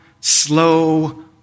slow